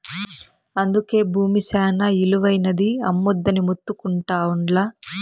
అందుకే బూమి శానా ఇలువైనది, అమ్మొద్దని మొత్తుకుంటా ఉండ్లా